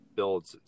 builds